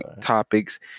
topics